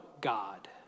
God